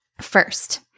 First